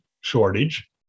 shortage